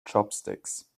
chopsticks